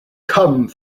come